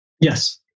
Yes